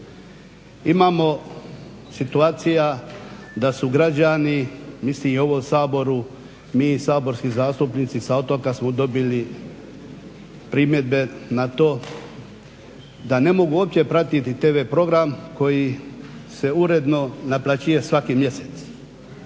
Imamo situacija da su građani, mislim i u ovom Saboru mi saborski zastupnici sa otoka smo dobili primjedbe na to da ne mogu uopće pratiti tv program koji se uredno naplaćuje svaki mjesec.